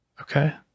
okay